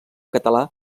català